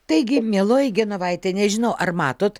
taigi mieloji genovaitė nežinau ar matot